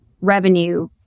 revenue